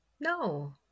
No